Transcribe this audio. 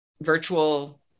virtual